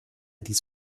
dies